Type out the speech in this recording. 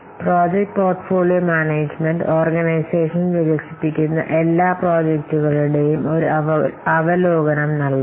അതിനാൽ ഈ project portfolio management organisation വികസിപ്പിക്കുന്ന എല്ലാ പ്രോജക്റ്റുകളുടെയും ഒരു അവലോകനം നൽകും